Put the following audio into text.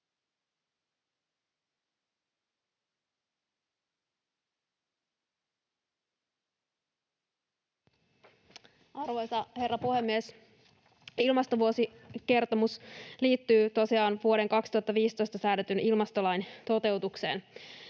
Arvoisa herra puhemies! Ilmastovuosikertomus liittyy tosiaan vuonna 2015 säädetyn ilmastolain toteutukseen.